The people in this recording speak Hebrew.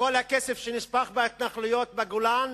וכל הכסף שנשפך בהתנחלויות בגולן